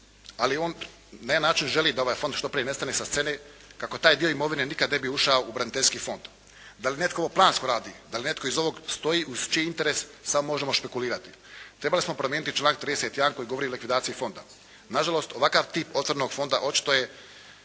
Ali on na jedan način želi da ovaj Fond što prije nestane sa scene kako taj dio imovine nikad ne bi ušao u braniteljski fond. Da li netko ovo planski radi? Da li netko iza ovog stoji? Uz čiji interes samo možemo špekulirati. Trebali smo promijeniti članak 31. koji govori o likvidaciji Fonda. Na žalost, ovakav tip otvorenog fonda očito